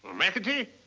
mackety?